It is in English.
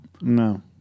No